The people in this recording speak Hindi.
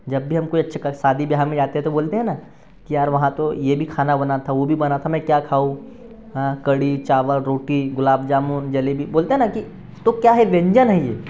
जब भी हम कोई अच्छे का शादी ब्याह में जाते हैं तो बोलते हैं ना कि यार वहाँ तो ये भी खाना बना था वो भी बना था मैं क्या खाऊँ हाँ कढ़ी चावल रोटी गुलाब जामुन जलेबी बोलते हैं ना कि तो क्या है व्यंजन है ये